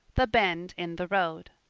the bend in the road